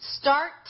Start